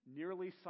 nearly